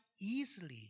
easily